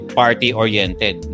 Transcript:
party-oriented